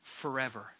forever